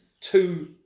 two